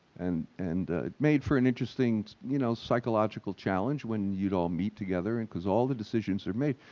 and and it made for an interesting, you know, psychological challenge when you'd all meet together, and cause all the decisions are made.